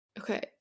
Okay